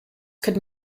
could